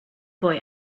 boy